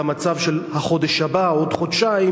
למצב של החודש הבא או עוד חודשיים?